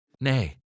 Nay